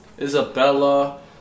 Isabella